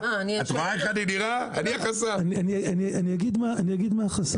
אני אגיד מה החסם,